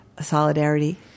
solidarity